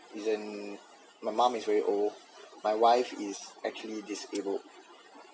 isn't my mom is very old my wife is actually disabled